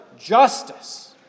justice